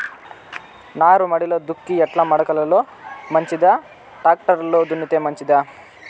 నారుమడిలో దుక్కి ఎడ్ల మడక లో మంచిదా, టాక్టర్ లో దున్నితే మంచిదా?